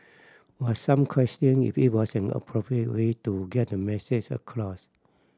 but some questioned if it was an appropriate way to get the message across